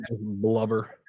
blubber